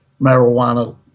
marijuana